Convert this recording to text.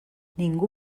ningú